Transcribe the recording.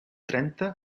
trenta